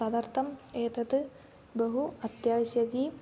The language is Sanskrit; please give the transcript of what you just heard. तदर्थम् एतत् बहु अत्याश्यकी